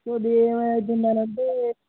so ఇది ఏమి అయితుంది అంటే